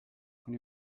con